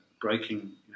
breaking